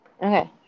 Okay